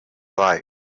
like